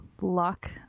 luck